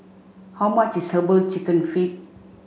how much is Herbal Chicken Feet